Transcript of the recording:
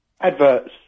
Adverts